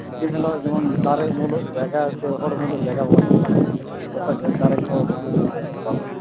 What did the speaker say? ᱮᱱ ᱦᱤᱞᱳᱜ ᱡᱮᱢᱚᱱ ᱫᱟᱨᱮ ᱩᱢᱩᱞᱚᱜ ᱡᱟᱭᱜᱟ ᱥᱮ ᱦᱚᱲ ᱩᱢᱩᱞᱚᱜ ᱡᱟᱭᱜᱟ ᱵᱟᱹᱱᱩᱜ ᱛᱟᱵᱚᱱᱟ ᱛᱟᱦᱚᱞᱮ ᱡᱚᱛᱚ ᱫᱟᱨᱮ ᱠᱚ ᱪᱟᱵᱟ ᱜᱚᱫ ᱠᱟᱜᱼᱟ